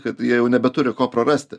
kad jie jau nebeturi ko prarasti